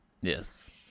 yes